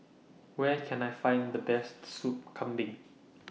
Where Can I Find The Best Soup Kambing